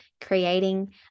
creating